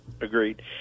Agreed